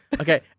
Okay